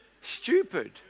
stupid